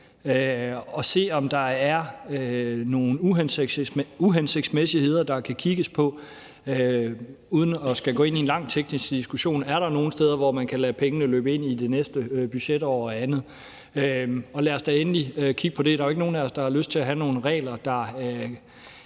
kan se, om der er nogle uhensigtsmæssigheder, der kan kigges på. Uden at skulle gå ind i en lang teknisk diskussion kunne man se på, om der er nogle steder, hvor man kan lade pengene løbe ind i det næste budgetår og andet. Og lad os da endelig kigge på det. Der er jo ikke nogen af os, der har lyst til at have nogle regler, der